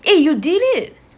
eh you did it